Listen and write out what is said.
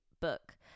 book